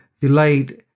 delayed